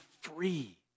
free